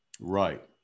Right